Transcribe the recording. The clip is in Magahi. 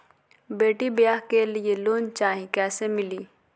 बेटी ब्याह के लिए लोन चाही, कैसे मिली?